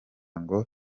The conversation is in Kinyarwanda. ngo